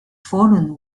fallen